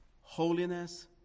Holiness